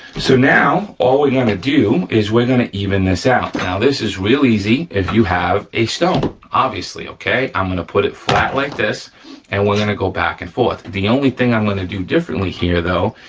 so now all we're yeah gonna do is we're gonna even this out. now this is real easy if you have a stone, obviously okay? i'm gonna put it flat like this and we're gonna go back and forth. the only thing i'm gonna do differently here though,